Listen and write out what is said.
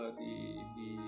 di